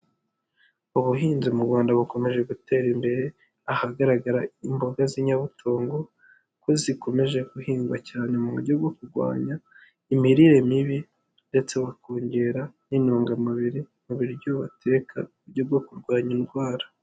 Ubuhinzi mu Rwanda bukomeje gutera imbere, ahagaragara imboga z'inyabutungo ko zikomeje guhingwa cyane mu buryo bwo kurwanya imirire mibi ndetse bakongera inintungamubiri mu biryo bateka mu buryo bwo kurwanya indwara.